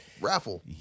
raffle